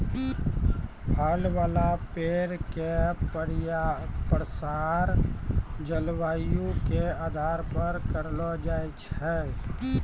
फल वाला पेड़ के प्रसार जलवायु के आधार पर करलो जाय छै